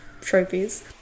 trophies